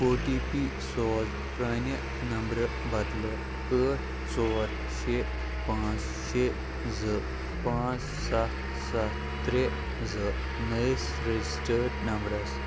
او T P سوز پرٛانہِ نمبرٕ بدلہٕ ٲٹھ ژور شےٚ پانٛژھ شےٚ زٕ پانٛژھ ستھ ستھ ترٛےٚ زٕ نٔیِس رجسٹرٛڈ نمبرَس